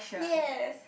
yes